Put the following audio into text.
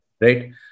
right